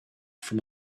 from